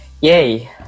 yay